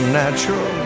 natural